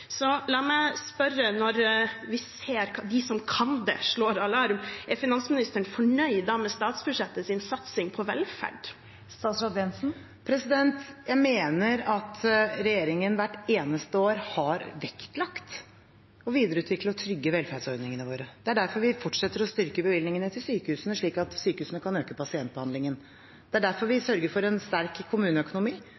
La meg spørre, når vi ser at de som kan det, slår alarm: Er finansministeren fornøyd med statsbudsjettets satsing på velferd? Jeg mener at regjeringen hvert eneste år har vektlagt å videreutvikle og trygge velferdsordningene våre. Det er derfor vi fortsetter å styrke bevilgningene til sykehusene, slik at sykehusene kan øke pasientbehandlingen. Det er derfor vi